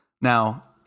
Now